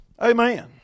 Amen